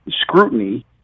scrutiny